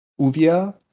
Uvia